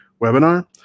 webinar